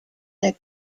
der